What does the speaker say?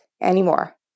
anymore